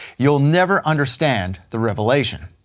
you'll never understand the revelation.